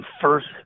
first